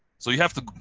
so you have to.